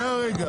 לא חתמנו.